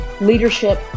leadership